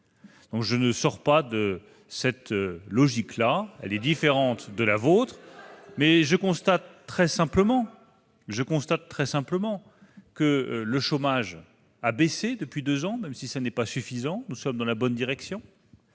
! Je ne sors pas de cette logique. Elle est différente de la vôtre, mais je constate, tout simplement, que le chômage a baissé depuis deux ans. Même si ce n'est pas suffisant, nous sommes dans la bonne direction.